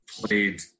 played